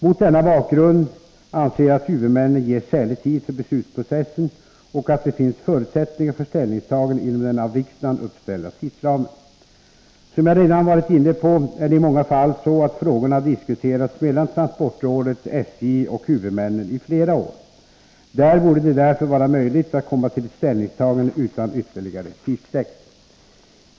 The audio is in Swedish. Mot denna bakgrund anser jag att huvudmännen ges skälig tid för beslutsprocessen och att det finns förutsättningar för ställningstaganden inom den av riksdagen uppställda tidsramen. Som jag redan varit inne på är det i många fall så att frågorna har diskuterats mellan transportrådet, SJ och huvudmännen i flera år. Där borde det därför vara möjligt att komma fram till ett ställningstagande utan ytterligare tidsutdräkt.